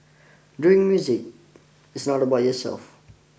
doing music is not about yourself